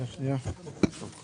דרך הרשויות